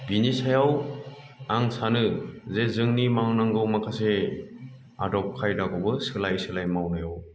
बिनि सायाव आं सानो जे जोंनि मावनांगौ माखासे आदब खायदाखौबो सोलायै सोलायै मावनायाव